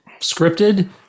scripted